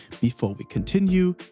before we continue,